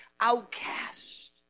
outcast